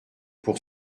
pour